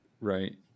right